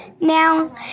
Now